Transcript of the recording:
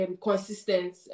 consistent